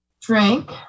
drink